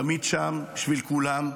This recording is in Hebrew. תמיד שם בשביל כולם.